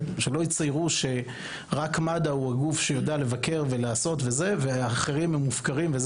שלא יציירו שרק מד"א הוא הגוף שיודע לבקר ולעשות והאחרים הם מופקרים.